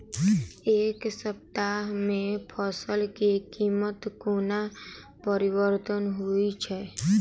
एक सप्ताह मे फसल केँ कीमत कोना परिवर्तन होइ छै?